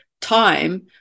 time